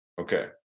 Okay